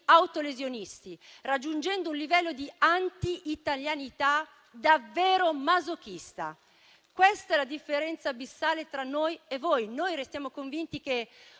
autolesionisti, raggiungendo un livello di anti-italianità davvero masochista. Questa è la differenza abissale tra noi e voi. Noi restiamo convinti che